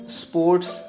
sports